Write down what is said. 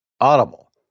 Audible